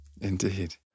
Indeed